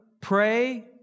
pray